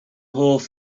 hoff